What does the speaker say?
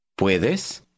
¿Puedes